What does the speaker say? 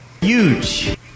Huge